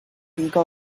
legal